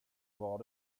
var